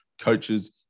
coaches